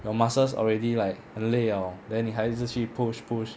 your muscles already like 很累了 then 你还一直去 push push